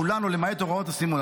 כולן או למעט הוראות הסימון.